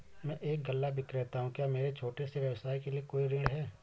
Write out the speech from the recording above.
मैं एक गल्ला विक्रेता हूँ क्या मेरे छोटे से व्यवसाय के लिए कोई ऋण है?